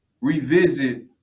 revisit